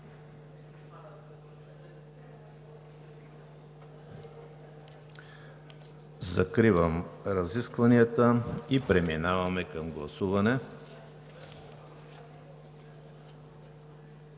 Закривам разискванията и преминаваме към гласуване.